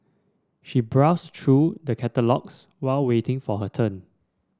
she browsed through the catalogues while waiting for her turn